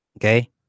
Okay